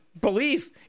belief